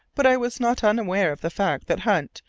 but i was not unaware of the fact that hunt,